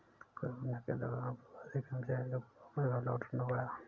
corona के दौरान प्रवासी कर्मचारियों को वापस घर लौटना पड़ा